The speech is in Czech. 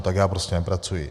Tak já prostě nepracuji.